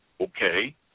Okay